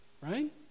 right